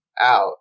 out